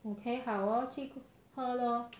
okay 好哦去喝 lor